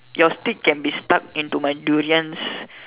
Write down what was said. your steak can be stuck into my durian's